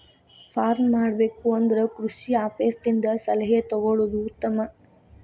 farm ಮಾಡಬೇಕು ಅಂದ್ರ ಕೃಷಿ ಆಪೇಸ್ ದಿಂದ ಸಲಹೆ ತೊಗೊಳುದು ಉತ್ತಮ